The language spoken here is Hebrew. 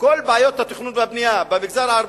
שכל בעיות התכנון והבנייה במגזר הערבי,